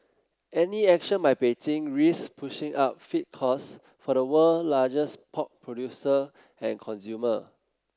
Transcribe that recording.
any action by Beijing risks pushing up feed costs for the world largest pork producer and consumer